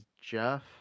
jeff